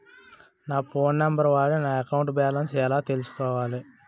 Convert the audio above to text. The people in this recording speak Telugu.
నా ఫోన్ నంబర్ వాడి నా అకౌంట్ బాలన్స్ ఎలా తెలుసుకోవాలి?